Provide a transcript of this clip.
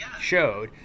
showed